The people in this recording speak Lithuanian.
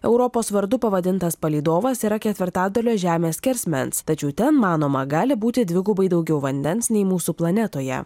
europos vardu pavadintas palydovas yra ketvirtadalio žemės skersmens tačiau ten manoma gali būti dvigubai daugiau vandens nei mūsų planetoje